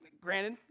granted